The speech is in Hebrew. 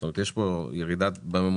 זאת אומרת יש פה ירידה בממוצע